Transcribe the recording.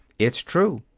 it's true.